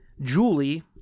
Julie